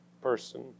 person